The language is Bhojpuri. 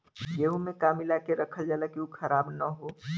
गेहूँ में का मिलाके रखल जाता कि उ खराब न हो?